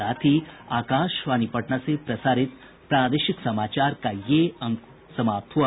इसके साथ ही आकाशवाणी पटना से प्रसारित प्रादेशिक समाचार का ये अंक समाप्त हुआ